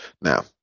Now